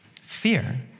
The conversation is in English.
Fear